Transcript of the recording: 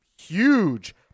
huge